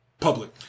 public